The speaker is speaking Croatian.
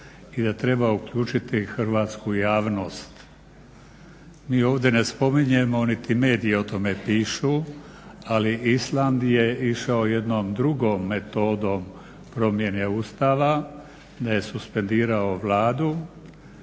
i da treba uključiti hrvatsku javnost. Mi ovdje ne spominjemo niti mediji o tome pišu, ali Island je išao jednom drugom metodom promjene Ustava, da je suspendirao Vladu,